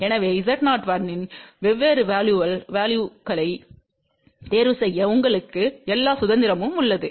எனவே Z01 இன் வெவ்வேறு வேல்யுகளைத் தேர்வுசெய்ய உங்களுக்கு எல்லா சுதந்திரமும் உள்ளது